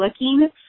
looking